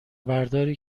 برداری